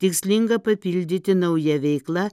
tikslinga papildyti nauja veikla